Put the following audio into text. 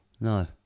No